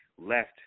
left